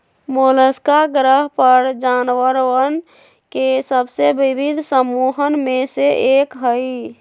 Mollusca ग्रह पर जानवरवन के सबसे विविध समूहन में से एक हई